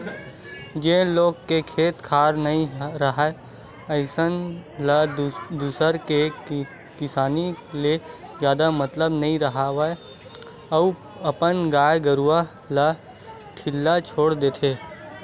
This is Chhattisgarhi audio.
जेन लोगन के खेत खार नइ राहय अइसन ल दूसर के किसानी ले जादा मतलब नइ राहय अउ अपन गाय गरूवा ल ढ़िल्ला छोर देथे